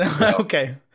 Okay